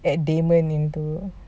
adamant into